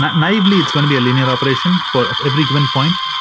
naively it's going to be a linear operation for every given point,